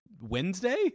Wednesday